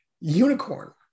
Unicorn